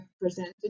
presented